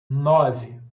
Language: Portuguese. nove